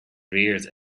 reared